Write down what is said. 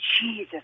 Jesus